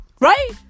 Right